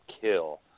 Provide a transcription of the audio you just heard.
kill